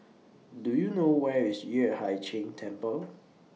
Do YOU know Where IS Yueh Hai Ching Temple